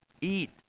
eat